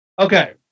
Okay